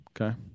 Okay